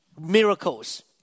miracles